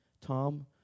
Tom